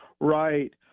right